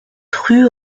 rue